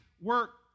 work